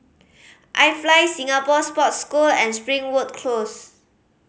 I Fly Singapore Sports School and Springwood Close